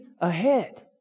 ahead